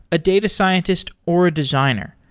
a data scientist, or a designer.